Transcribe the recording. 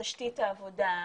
תשתית העבודה,